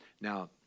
Now